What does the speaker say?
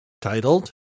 titled